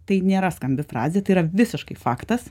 tai nėra skambi frazė tai yra visiškai faktas